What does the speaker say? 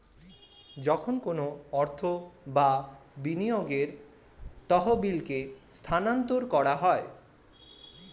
যখন কোনো অর্থ বা বিনিয়োগের তহবিলকে স্থানান্তর করা হয়